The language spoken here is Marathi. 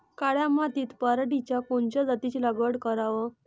काळ्या मातीत पराटीच्या कोनच्या जातीची लागवड कराव?